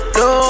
no